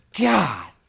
God